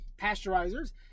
pasteurizers